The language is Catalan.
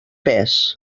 pes